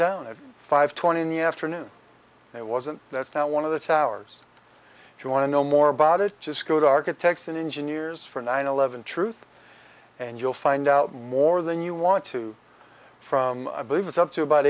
down at five twenty in the afternoon it wasn't that's now one of the towers if you want to know more about it just go to architects and engineers for nine eleven truth and you'll find out more than you want to from i believe it's up to about